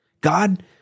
God